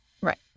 Right